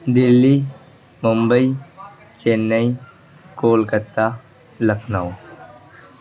Delhi Bombay Chennai Kolkata Lucknow